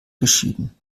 geschieden